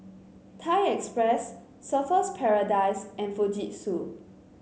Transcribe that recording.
Thai Express Surfer's Paradise and Fujitsu